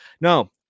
No